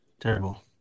Terrible